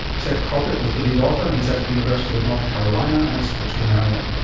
seth crockett was the lead author, he's at the university of north carolina, and i spoke to him earlier.